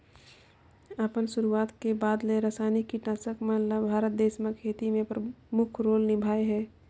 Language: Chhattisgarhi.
अपन शुरुआत के बाद ले रसायनिक कीटनाशक मन ल भारत देश म खेती में प्रमुख रोल निभाए हे